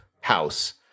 house